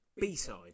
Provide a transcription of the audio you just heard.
B-side